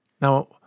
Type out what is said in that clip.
Now